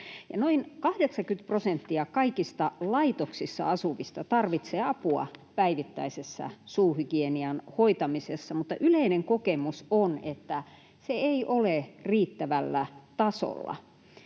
Noin 80 prosenttia kaikista laitoksissa asuvista tarvitsee apua päivittäisessä suuhygienian hoitamisessa, mutta yleinen kokemus on, että se ei ole riittävällä tasolla.